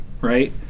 Right